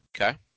okay